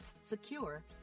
secure